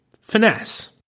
finesse